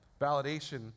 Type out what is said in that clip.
validation